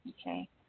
Okay